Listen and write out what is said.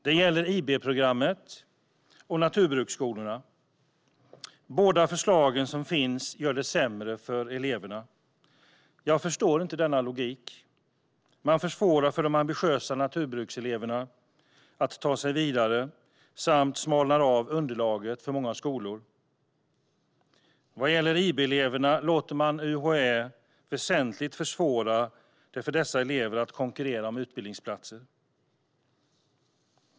Det gäller IB-programmet och naturbruksskolorna. Båda de förslag som finns gör det sämre för eleverna. Jag förstår inte denna logik. Man försvårar för de ambitiösa naturbrukseleverna att ta sig vidare samt smalnar av underlaget för många skolor. Vad gäller IB-eleverna låter man UHÄ väsentligt försvåra det för dessa elever att konkurrera om utbildningsplatser.